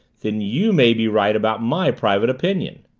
then you may be right about my private opinion.